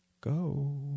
go